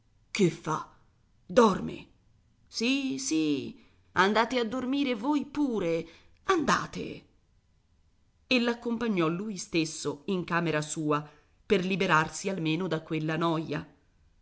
che fa dorme sì sì andate a dormire voi pure andate e l'accompagnò lui stesso in camera sua per liberarsi almeno da quella noia